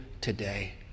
today